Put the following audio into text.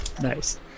Nice